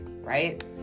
right